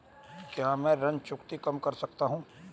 क्या मैं ऋण चुकौती कम कर सकता हूँ?